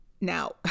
Now